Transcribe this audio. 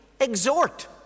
exhort